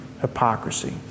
hypocrisy